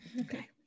Okay